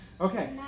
Okay